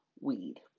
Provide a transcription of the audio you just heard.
weed